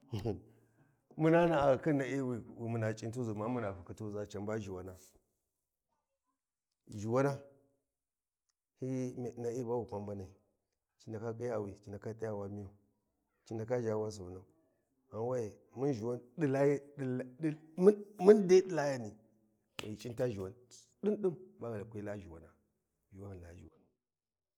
﻿ muna na ghi khin na’i wi muna cintuʒa gma muna fukhituʒa can ba ʒhuwana ʒhuwana hyi nai ba wi kwa mbanai ci ndaka ƙhiyawi ci naka ƙhiyawu wa miyau ci ndaka ʒha wu wa sivinau gham we’e mun ʒhuwan ɗi laya mun dai ɗi Layani ba ghi kwi Laya ʒhuwana, mun dai ghi Laya ʒhuwann.